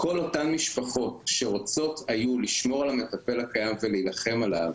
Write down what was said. כל אותן משפחות שרוצות היו לשמור על המטפל הקיים ולהילחם עליו,